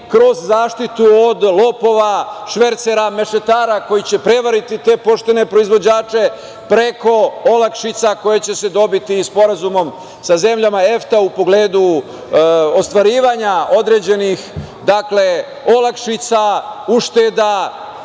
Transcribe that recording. kroz zaštitu od lopova, švercera, mešetara koji će prevariti te poštene proizvođače preko olakšica koje će se dobiti i sporazumom sa zemljama EFTA u pogledu ostvarivanja određenih, olakšica, ušteda